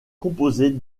composée